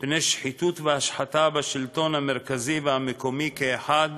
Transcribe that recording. מפני שחיתות והשחתה בשלטון המרכזי והמקומי כאחד,